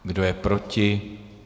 Kdo je proti?